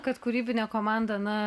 kad kūrybinę komandą na